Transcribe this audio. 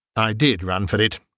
i did run for it,